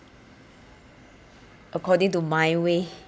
according to my way